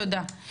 תודה.